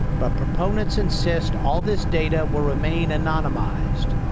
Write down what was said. but proponents insist all this data will remain anonymized,